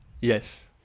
Yes